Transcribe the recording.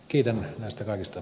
kiitän tästä kaikesta